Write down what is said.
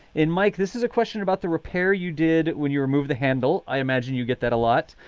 and mike this is a question about the repair you did when you removed the handle. i imagine you get that a lot,